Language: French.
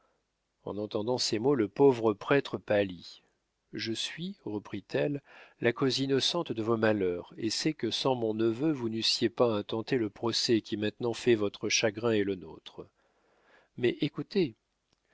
en entendant ces mots le pauvre prêtre pâlit je suis reprit-elle la cause innocente de vos malheurs et sais que sans mon neveu vous n'eussiez pas intenté le procès qui maintenant fait votre chagrin et le nôtre mais écoutez